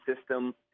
system